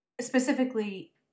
specifically